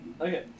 Okay